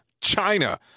China